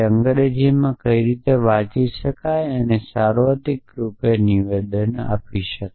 તે અંગ્રેજીમાં કેવી રીતે વાંચી શકે તે સાર્વત્રિક રૂપે નિવેદન છે